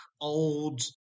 old